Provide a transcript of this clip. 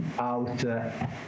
out